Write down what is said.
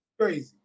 crazy